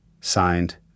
Signed